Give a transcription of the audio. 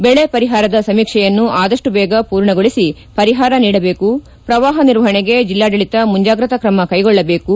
ಬೆಳೆ ಪರಿಹಾರದ ಸಮೀಕ್ಷೆಯನ್ನು ಆದಷ್ಟು ದೇಗ ಪೂರ್ಣಗೊಳಿಸಿ ಪರಿಹಾರ ನೀಡಬೇಕು ಪ್ರವಾಹ ನಿರ್ವಹಣೆಗೆ ಜಿಲ್ಲಾಡಳತ ಮುಂಜಾಗ್ರತೆ ಕ್ರಮ ಕ್ಲೆಗೊಳಬೇಕು